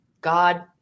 God